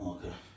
Okay